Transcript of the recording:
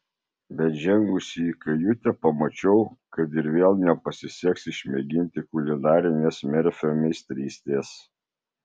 bet žengusi į kajutę pamačiau kad ir vėl nepasiseks išmėginti kulinarinės merfio meistrystės